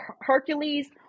Hercules –